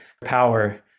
power